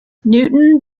newtown